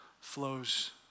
flows